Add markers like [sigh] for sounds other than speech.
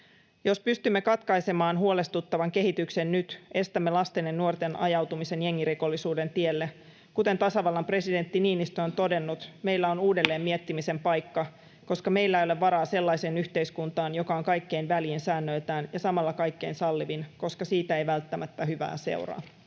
Jos pystymme katkaisemaan huolestuttavan kehityksen nyt, estämme lasten ja nuorten ajautumisen jengirikollisuuden tielle. Kuten tasavallan presidentti Niinistö on todennut, meillä on uudelleen miettimisen paikka, [noise] koska meillä ei ole varaa sellaiseen yhteiskuntaan, joka on kaikkein väljin säännöiltään ja samalla kaikkein sallivin, koska siitä ei välttämättä hyvää seuraa.